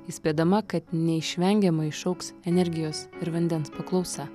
įspėdama kad neišvengiamai išaugs energijos ir vandens paklausa